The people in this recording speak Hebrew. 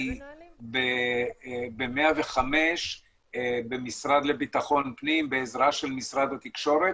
היא ב-105 במשרד לבטחון פנים בעזרת משרד התקשורת